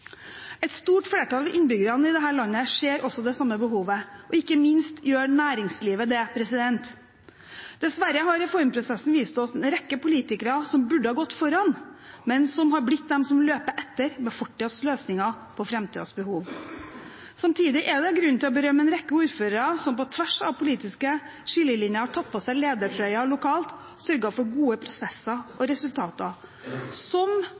Et stort flertall av innbyggerne i dette landet ser også det samme behovet, og ikke minst gjør næringslivet det. Dessverre har reformprosessen vist oss en rekke politikere som burde ha gått foran, men som har blitt dem som løper etter med fortidens løsninger på framtidens behov. Samtidig er det grunn til å berømme en rekke ordførere som på tvers av politiske skillelinjer har tatt på seg ledertrøya lokalt og sørget for gode prosesser og resultater – som